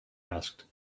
asked